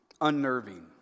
unnerving